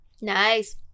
Nice